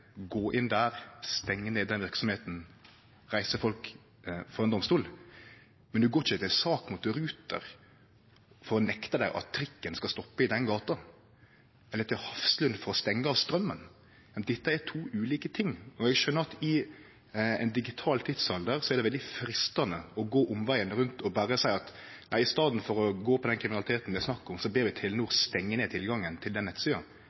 gå inn der, stengje ned den verksemda og stille folk for ein domstol, men ein går ikkje til sak mot Ruter for å nekte dei å stoppe trikken i den gata, eller til sak mot Hafslund for å stengje av straumen. Dette er to ulike ting. Eg skjønar at det i ein digital tidsalder er veldig freistande å gå omvegen rundt, og berre seie: I staden for å gå på den kriminaliteten det er snakk om, så ber vi Telenor stengje ned tilgangen til den